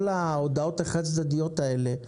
כל ההודעות החד-צדדיות האלה,